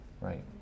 right